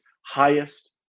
highest